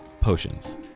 potions